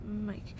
Mike